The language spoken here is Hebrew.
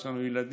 יש לנו ילדים,